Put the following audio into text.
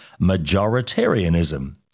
majoritarianism